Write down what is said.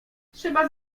trzeba